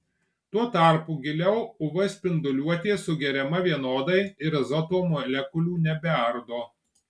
tuo tarpu giliau uv spinduliuotė sugeriama vienodai ir azoto molekulių nebeardo